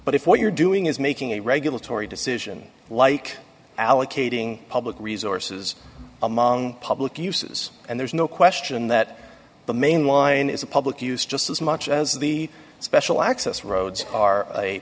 but if what you're doing is making a regulatory decision like allocating public resources among public uses and there's no question that the mainline is a public use just as much as the special access roads are a